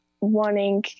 wanting